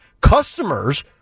customers